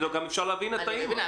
אפשר גם להבין את האימא.